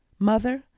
Mother